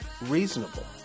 reasonable